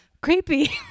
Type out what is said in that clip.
creepy